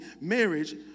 marriage